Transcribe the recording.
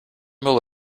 will